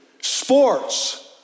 sports